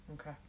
Okay